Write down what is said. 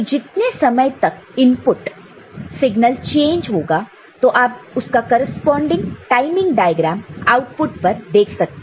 तो जितने समय तक यह इनपुट सिगनल चेंज होगा तो आप उसका करेस्पॉन्डिंग टाइमिंग डायग्राम आउटपुट पर देख सकते हैं